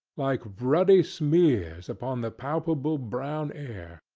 like ruddy smears upon the palpable brown air.